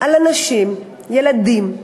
על אנשים, ילדים,